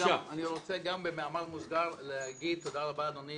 אני רוצה גם במאמר מוסגר לומר תודה רבה לך אדוני